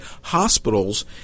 hospitals